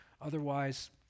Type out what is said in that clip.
otherwise